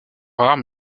rares